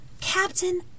Captain